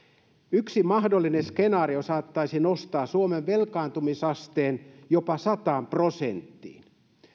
yksi mahdollinen skenaario saattaisi nostaa suomen velkaantumisasteen jopa sataan prosenttiin